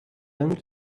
then